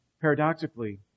Paradoxically